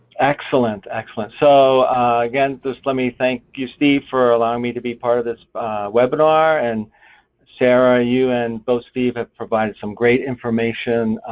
excellent, excellent. so again, just let me thank, you steve for allowing me to be part of this webinar, and sarah you and both steve have provided some great information